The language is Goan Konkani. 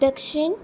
दक्षीण